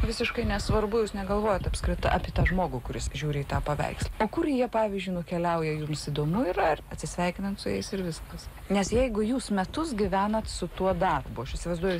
visiškai nesvarbu jūs negalvojot apskritai apie tą žmogų kuris žiūri į tą paveikslą o kur jie pavyzdžiui nukeliauja jums įdomu ir ar atsisveikinant su jais ir viskas nes jeigu jūs metus gyvenat su tuo darbu aš įsivaizduoju